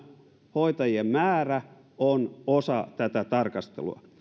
hoitajien määrä on osa tätä tarkastelua